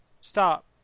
stop